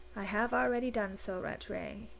i have already done so, rattray.